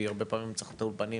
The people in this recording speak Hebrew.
כי הרבה פעמים צריך את האולפנים,